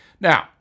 Now